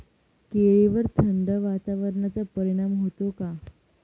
केळीवर थंड वातावरणाचा परिणाम होतो का?